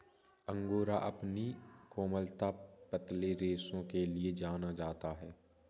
angora अपनी कोमलता, पतले रेशों के लिए जाना जाता है